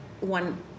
one